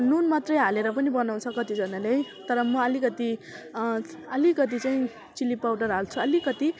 नुन मात्रै हालेर पनि बनाउँछ कतिजनाले है तर म अलिकति अलिकति चाहिँ चिल्ली पाउडर हाल्छु अलिकति